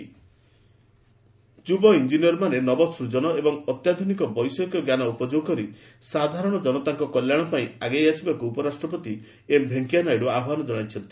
VP Andhra Pradesh ଯୁବ ଇଞ୍ଜିନିୟରମାନେ ନବସ୍କଜନ ଏବଂ ଅତ୍ୟାଧୁନିକ ବୈଷୟିକ ଜ୍ଞାନ ଉପଯୋଗ କରି ସାଧାରଣ ଜନତାଙ୍କ କଲ୍ୟାଣ ପାଇଁ ଆଗେଇ ଆସିବାକୁ ଉପରାଷ୍ଟ୍ରପତି ଏମ ଭେଙ୍କିୟାନାଇଡୁ ଆହ୍ପାନ ଜଣାଇଛନ୍ତି